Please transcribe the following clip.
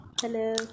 hello